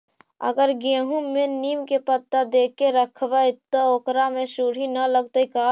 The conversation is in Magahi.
अगर गेहूं में नीम के पता देके यखबै त ओकरा में सुढि न लगतै का?